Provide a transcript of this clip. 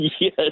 yes